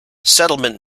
settlement